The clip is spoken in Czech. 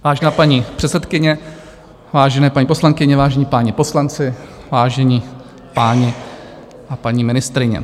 Vážená paní předsedkyně, vážené paní poslankyně, vážení páni poslanci, vážení páni a paní ministryně.